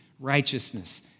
righteousness